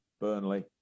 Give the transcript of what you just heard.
Burnley